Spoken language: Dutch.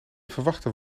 verwachte